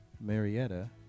Marietta